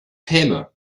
häme